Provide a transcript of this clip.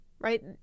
Right